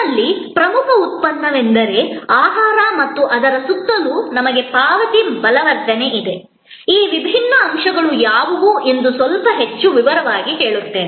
ನಿಮ್ಮಲ್ಲಿ ಪ್ರಮುಖ ಉತ್ಪನ್ನವೆಂದರೆ ಆಹಾರ ಮತ್ತು ಅದರ ಸುತ್ತಲೂ ನಮಗೆ ಪಾವತಿ ಬಲವರ್ಧನೆ ಇದೆ ಈ ವಿಭಿನ್ನ ಅಂಶಗಳು ಯಾವುವು ಎಂದು ಸ್ವಲ್ಪ ಹೆಚ್ಚು ವಿವರವಾಗಿ ಹೇಳುತ್ತೇನೆ